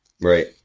Right